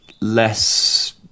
less